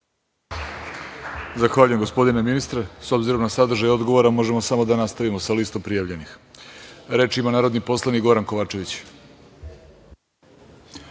Zahvaljujem gospodine ministre.S obzirom na sadržaj odgovora, možemo samo da nastavimo sa listom prijavljenih. Reč ima narodni poslanik Goran Kovačević.